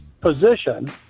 position